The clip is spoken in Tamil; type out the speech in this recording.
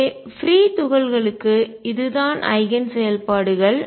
எனவே பிரீ துகள்களுக்கு இது தான் ஐகன் செயல்பாடுகள்